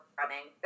running